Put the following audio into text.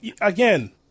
again